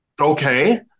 okay